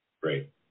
Great